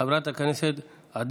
של חבר הכנסת איימן עודה,